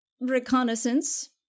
reconnaissance